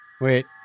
Wait